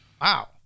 Wow